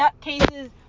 nutcases